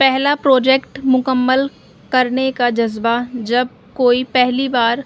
پہلا پروجیکٹ مکمل کرنے کا جذبہ جب کوئی پہلی بار